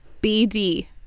B-D